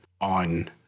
on